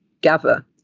gather